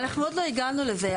אנחנו עוד לא הגענו לזה.